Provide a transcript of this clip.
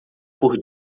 por